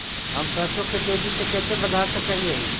हम सरसों के तेजी से कैसे बढ़ा सक हिय?